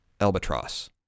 Albatross